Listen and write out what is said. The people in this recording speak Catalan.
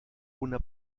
una